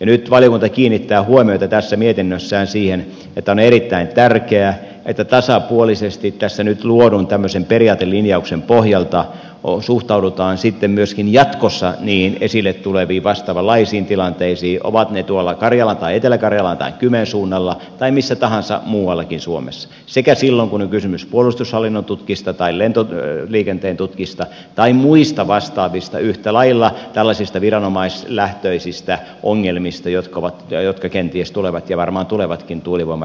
nyt valiokunta kiinnittää huomioita tässä mietinnössään siihen että on erittäin tärkeää että tasapuolisesti tässä nyt luodun tämmöisen periaatelinjauksen pohjalta suhtaudutaan sitten myöskin jatkossa niihin esille tuleviin vastaavanlaisiin tilanteisiin ovat ne tuolla karjalan tai etelä karjalan tai kymen suunnalla tai missä tahansa muuallakin suomessa sekä silloin kun on kysymys puolustushallinnon tutkista tai lentoliikenteen tutkista tai muista vastaavista yhtä lailla tällaisista viranomaislähtöisistä ongelmista jotka kenties tulevat ja varmaan tulevatkin tuulivoiman rakentamisen tielle